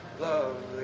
love